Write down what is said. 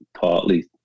partly